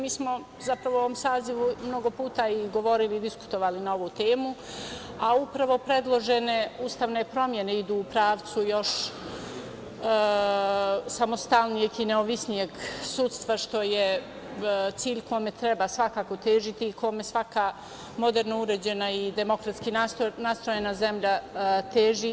Mi smo zapravo u ovom sazivu mnogo puta i govorili i diskutovali na ovu temu, a upravo predložene ustavne promene idu u pravcu još samostalnijeg i nezavisnijeg sudstva, što je cilj kome treba svakako težiti i kome svaka moderno uređena i demokratski nastrojena zemlja teži.